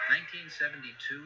1972